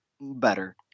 better